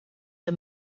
the